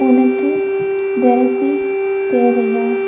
உனக்கு தெரபி தேவையா